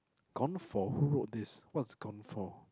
gone for who wrote this what's gone for